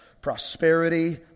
prosperity